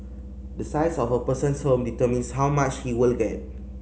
the size of a person's home determines how much he will get